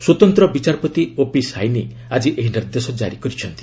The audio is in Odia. ସ୍ୱତନ୍ତ ବିଚାରପତି ଓପି ସାଇନି ଆକି ଏହି ନିର୍ଦ୍ଦେଶ ଜାରି କରିଛନ୍ତି